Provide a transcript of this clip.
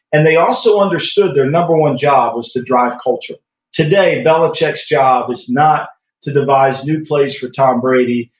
and they also understood their number one job was to drive culture today belichick's job is not to devise new plays for tom brady,